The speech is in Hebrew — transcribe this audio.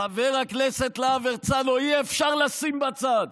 שים בצד, חבר הכנסת להב הרצנו, אי-אפשר לשים בצד.